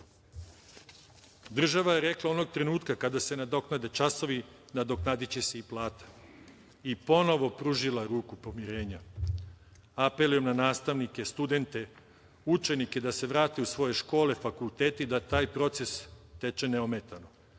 platu. Država je rekla - onog trenutka kada se nadoknade časovi nadoknadiće se i plata i ponovo pružila ruku pomirenja. Apelujem na nastavnike, studente, učenike, da se vrate u svoje škole, fakultete i da taj proces teče neometano,